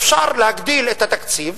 אפשר להגדיל את התקציב